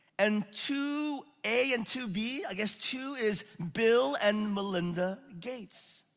and two a and two b. i guess two is bill and melinda gates.